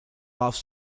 off